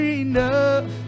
enough